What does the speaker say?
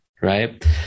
right